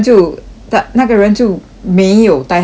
那那个人就没有带他下去